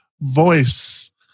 voice